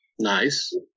nice